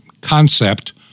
concept